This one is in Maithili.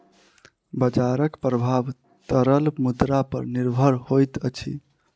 बजारक प्रभाव तरल मुद्रा पर निर्भर होइत अछि